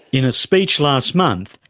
in a speech last month,